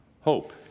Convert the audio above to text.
hope